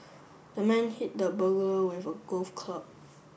the man hit the burglar with a golf club